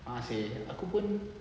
ah seh aku pun